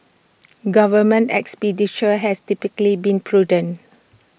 government expenditure has typically been prudent